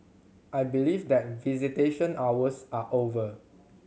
I believe that visitation hours are over